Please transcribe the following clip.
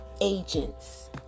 agents